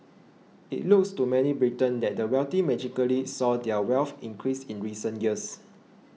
it looks to many Britons that the wealthy magically saw their wealth increase in recent years